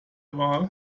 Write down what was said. wahl